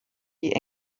die